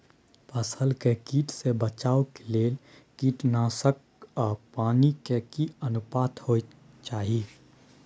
फसल के कीट से बचाव के लेल कीटनासक आ पानी के की अनुपात होय चाही?